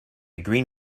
green